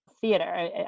theater